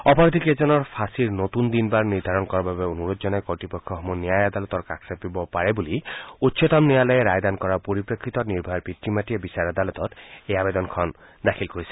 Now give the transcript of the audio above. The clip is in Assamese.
অপৰাধীকেইজনৰ ফাঁচীৰ বাবে নতুন দিন নিৰ্ধাৰণ কৰাৰ বাবে অনুৰোধ জনায় কৰ্তৃপক্ষসমূহ ন্যায় আদালতৰ কাষ চাপিব পাৰে বুলি উচ্চতম ন্যায়ালয়ে ৰায়দান কৰাৰ পাছতে নিৰ্ভয়াৰ পিতৃ মাতৃয়ে বিচাৰ আদালতত এই আবেদনখন দাখিল কৰিছিল